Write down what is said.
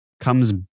comes